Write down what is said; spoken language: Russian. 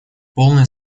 полная